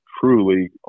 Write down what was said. truly